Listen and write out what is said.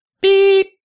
Beep